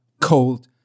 cold